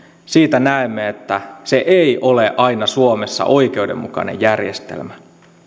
näemme että se ei ole aina suomessa oikeudenmukainen järjestelmä